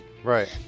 right